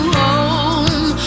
home